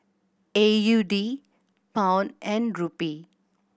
A U D Pound and Rupee